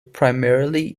primarily